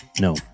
no